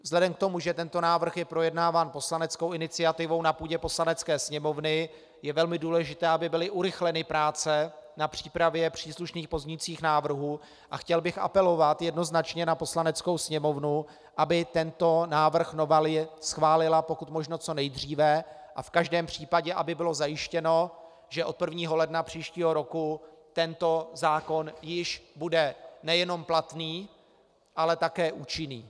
Vzhledem k tomu, že tento návrh je projednáván poslaneckou iniciativou na půdě Poslanecké sněmovny, je velmi důležité, aby byly urychleny práce na přípravě příslušných pozměňujících návrhů, a chtěl bych apelovat jednoznačně na Poslaneckou sněmovnu, aby tento návrh novely schválila pokud možno co nejdříve a v každém případě aby bylo zajištěno, že od 1. ledna příštího roku tento zákon již bude nejenom platný, ale také účinný.